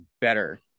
better